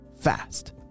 fast